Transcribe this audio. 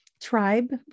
tribe